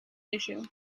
issue